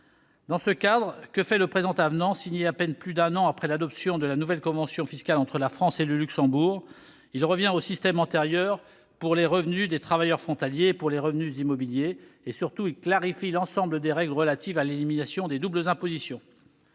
Dans ce cadre, que fait le présent avenant, signé à peine plus d'un an après l'adoption de la nouvelle convention fiscale entre la France et le Luxembourg ? Il revient au système antérieur pour les revenus des travailleurs frontaliers et pour les revenus immobiliers et, surtout, il clarifie l'ensemble des règles relatives à l'élimination des doubles impositions.